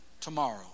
tomorrow